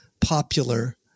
popular